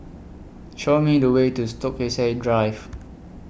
Show Me The Way to Stokesay Drive